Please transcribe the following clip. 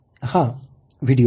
हा व्हिडिओ पहा